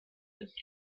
ist